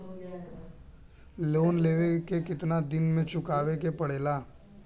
Loan लेवे के कितना दिन मे चुकावे के पड़ेला?